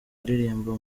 aririmba